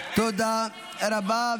תודה רבה.